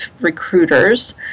recruiters